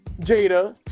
Jada